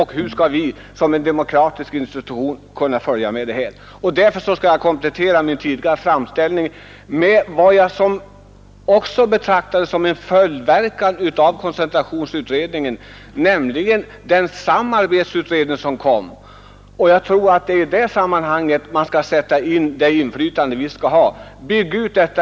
Därför skall jag komplettera min tidigare framställning med vad jag betraktar som en följdverksamhet till koncentrationsutredningen, nämligen den samarbetsutredning som kommit med ett betänkande. Jag tror det är i dylika sammanhang man skall sätta in inflytande och medbestämmanderätt.